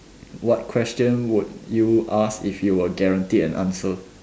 what question would you ask if you were guaranteed an answer